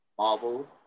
Marvel